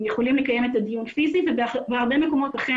כאשר אז הם יכולים לקיים את הדיון פיזית ובהרבה מקומות אכן